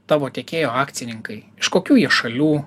tavo tiekėjo akcininkai kokių jie šalių